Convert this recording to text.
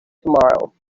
tomorrow